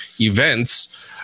events